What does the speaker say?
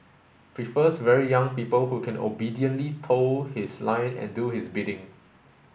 prefers very young people who can obediently toe his line and do his bidding